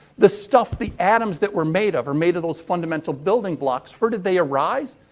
the stuff the atoms that we're made of are made of those fundamental building blocks, where did they arise?